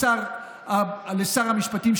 לשר המשפטים,